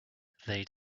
they